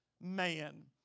man